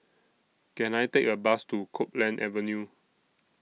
Can I Take A Bus to Copeland Avenue